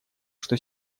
что